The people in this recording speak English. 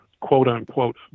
quote-unquote